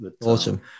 Awesome